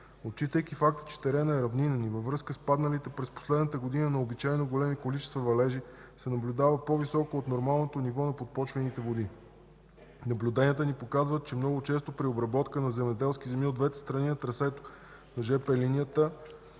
Отчитайки факта, че теренът е равнинен и във връзка с падналите през последната година необичайно големи количества валежи, се наблюдава по-високо от нормалното ниво на подпочвените води. Наблюденията ни показват, че много често при обработка на земеделски земи от двете страни на трасето на жп линията се разрушават